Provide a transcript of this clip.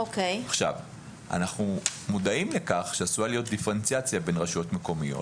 אנחנו מודעים לכך שעשויה להיות דיפרנציאציה בין רשויות מקומיות